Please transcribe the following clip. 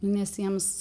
nes jiems